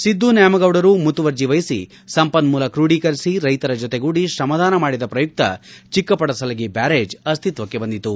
ಸಿದ್ದು ನ್ಯಾಮಗೌಡರು ಮುತುವರ್ಜಿ ವಹಿಸಿ ಸಂಪನ್ನೂಲ ಕ್ರೋಡೀಕರಿಸಿ ರೈತರ ಜತೆಗೂಡಿ ಶ್ರಮದಾನ ಮಾಡಿದ ಪ್ರಯುಕ್ತ ಚಿಕ್ಕಪಡಸಲಗಿ ಬ್ಯಾರೇಜ್ ಅಸ್ತಿತ್ತಕ್ಕೆ ಬಂದಿತು